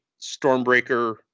Stormbreaker